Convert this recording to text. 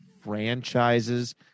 franchises